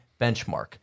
benchmark